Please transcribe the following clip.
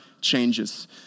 changes